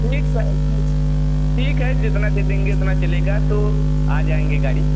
ठीक ठीक है जितना दे देंगे उतना चलेगा तो आ जाएँगे गाड़ी